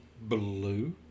blue